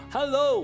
Hello